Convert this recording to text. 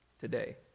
today